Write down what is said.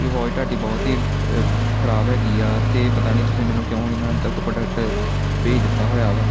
ਇਹ ਵੋਚ ਤੁਹਾਡੀ ਬਹੁਤ ਹੀ ਖਰਾਬ ਹੈਗੀ ਆ ਅਤੇ ਪਤਾ ਨਹੀਂ ਤੁਸੀਂ ਮੈਨੂੰ ਕਿਉਂ ਐਨਾ ਗਲਤ ਪ੍ਰੋਡਕਟ ਭੇਜ ਦਿੱਤਾ ਹੋਇਆ ਵਾ